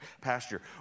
pasture